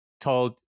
told